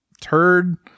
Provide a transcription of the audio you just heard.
turd